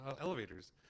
elevators